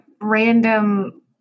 random